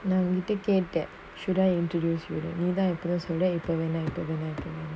now you take care of that should not introduce you right நீதான்சொன்னஇப்பொவேணாம்னு:neethan sonna ipo venamnu